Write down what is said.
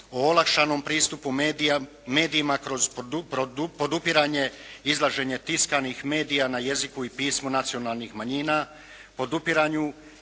o olakšanom pristupu medijima kroz podupiranje izlaženje tiskanih medija na jeziku i pismu nacionalnih manjina, podupiranju